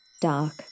dark